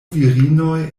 virinoj